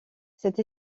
cette